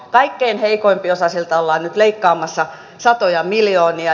kaikkein heikko osaisimmilta ollaan nyt leikkaamassa satoja miljoonia